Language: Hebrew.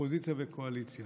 אופוזיציה וקואליציה.